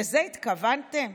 לזה התכוונתם?